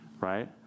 right